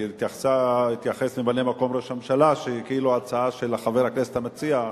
כי התייחס ממלא-מקום ראש הממשלה כאילו ההצעה היא של חבר הכנסת המציע.